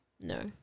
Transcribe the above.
No